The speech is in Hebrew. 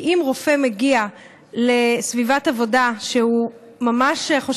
כי אם רופא מגיע לסביבת עבודה שהוא חושב